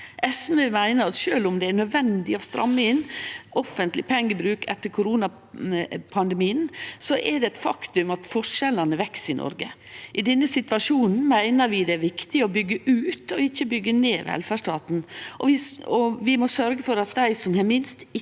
SV meiner at sjølv om det er nødvendig å stramme inn offentleg pengebruk etter koronapandemien, er det eit faktum at forskjellane veks i Noreg. I denne situasjonen meiner vi det er viktig å byggje ut, ikkje byggje ned velferdsstaten. Vi må sørgje for at dei som har minst, ikkje